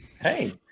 Hey